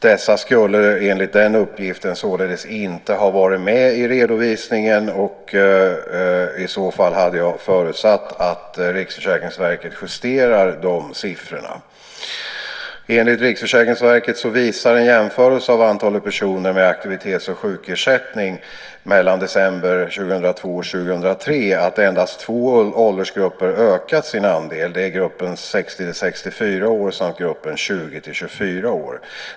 Dessa skulle enligt den uppgiften således inte ha varit med i redovisningen, och i så fall hade jag förutsatt att RFV justerar dessa siffror. Enligt RFV visar en jämförelse av antalet personer med aktivitets och sjukersättning mellan december 2002 och 2003 att endast två åldersgrupper ökat sin andel. Det är gruppen 60-64 år samt gruppen 20-24 år.